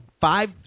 Five